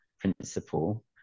principle